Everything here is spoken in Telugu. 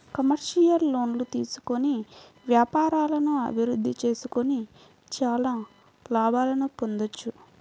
కమర్షియల్ లోన్లు తీసుకొని వ్యాపారాలను అభిరుద్ధి చేసుకొని చానా లాభాలను పొందొచ్చు